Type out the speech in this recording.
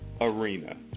arena